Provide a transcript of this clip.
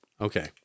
Okay